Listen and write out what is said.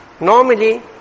Normally